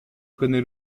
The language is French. connais